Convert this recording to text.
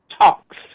talks